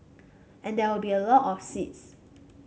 and there will be a lot of seeds